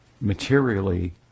materially